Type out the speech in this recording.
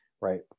right